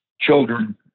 children